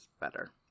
better